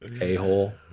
a-hole